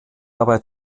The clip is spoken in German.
dabei